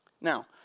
Now